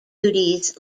duties